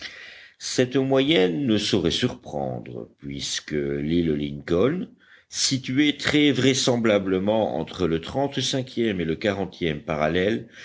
cette moyenne ne saurait surprendre puisque l'île lincoln située très vraisemblablement entre le trentecinquième et le quarantième parallèle